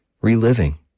reliving